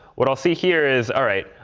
what i'll see here is, all right,